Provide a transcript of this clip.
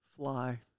Fly